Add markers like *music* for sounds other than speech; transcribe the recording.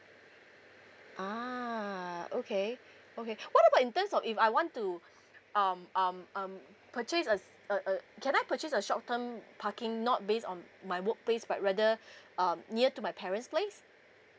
ah okay okay what about in terms of if I want to *breath* um um um purchase a s~ uh uh can I purchase a short term parking not based on my work place but rather *breath* um near to my parents place